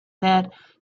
that